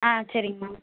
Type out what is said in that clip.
ஆ சரிங்கம்மா